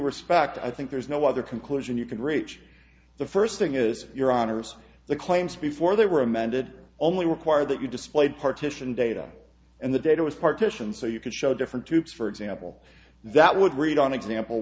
respect i think there is no other conclusion you can reach the first thing is your honour's the claims before they were amended only require that you displayed partition data and the data was partitioned so you could show different tubes for example that would read on example